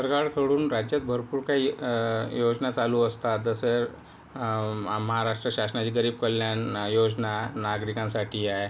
सरकारकडून राज्यात भरपूर काही योजना चालू असतात जसं महाराष्ट्र शासनाची गरीब कल्याण योजना नागरिकांसाठी आहे